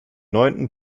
neunten